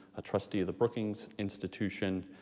a trustee of the brookings institution,